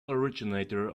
originator